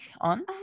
on